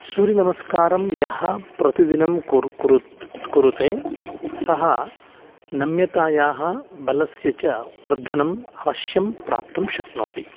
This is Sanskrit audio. सूर्यनमस्कारं यः प्रतिदिनं कुर् कुरु कुरुते सः नम्यतायाः बलस्य च वर्धनम् अवश्यं प्राप्तुं शक्नोति